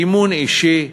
אימון אישי,